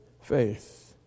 faith